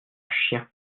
chien